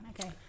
okay